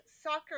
soccer